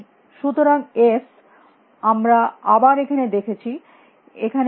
সুতরাং এস আমরা আবার এখানে দেখছি এখানে দেখছি আবার এখানে দেখছি